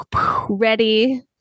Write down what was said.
Ready